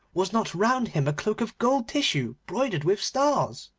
was not round him a cloak of gold tissue broidered with stars